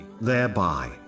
thereby